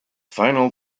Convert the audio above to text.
final